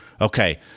okay